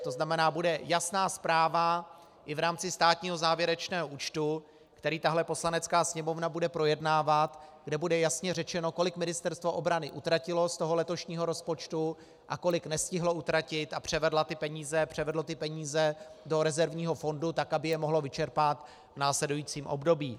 To znamená, bude jasná zpráva i v rámci státního závěrečného účtu, který tahle Poslanecká sněmovna bude projednávat, kde bude jasně řečeno, kolik Ministerstvo obrany utratilo z letošního rozpočtu a kolik nestihlo utratit a převedlo peníze do rezervního fondu, aby je mohlo vyčerpat v následujícím období.